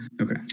Okay